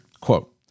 Quote